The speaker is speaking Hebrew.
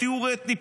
טיהור אתני,